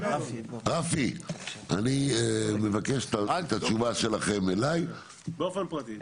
רפי, אני מבקש את התשובה שלכם אליי באופן פרטי.